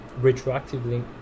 retroactively